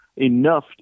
enough